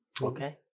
okay